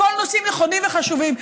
הכול נושאים נכונים וחשובים,